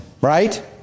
right